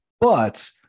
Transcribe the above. but-